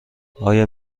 آیا